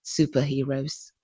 superheroes